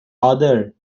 other